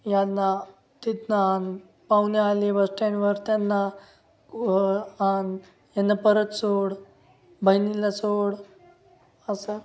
यांना तिथनं आण पाहुणे आले बस स्टँडवर त्यांना आण यांना परत सोड बहिणीला सोड असं